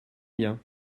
miens